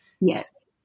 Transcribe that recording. Yes